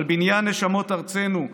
על בניין נשמות ארצנו,